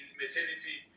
maternity